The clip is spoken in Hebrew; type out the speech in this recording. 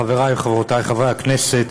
חברי וחברותי חברי הכנסת,